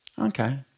okay